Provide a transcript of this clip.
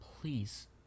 Please